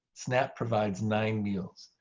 snap provides nine meals.